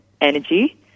energy